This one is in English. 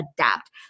adapt